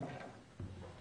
בבקשה.